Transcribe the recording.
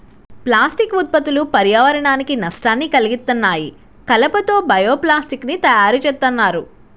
plastic ఉత్పత్తులు పర్యావరణానికి నష్టాన్ని కల్గిత్తన్నాయి, కలప తో బయో ప్లాస్టిక్ ని తయ్యారుజేత్తన్నారు